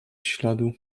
śladu